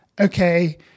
okay